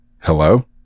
Hello